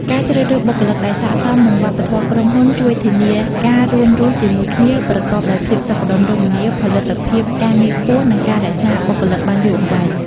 ការជ្រើសរើសបុគ្គលិកដែលស័ក្តិសមនឹងវប្បធម៌ក្រុមហ៊ុនជួយធានាការរួមរស់ជាមួយគ្នាប្រកបដោយភាពសុខដុមរមនា ផលិតភាពការងារខ្ពស់ និងការរក្សាបុគ្គលិកបានយូរអង្វែង។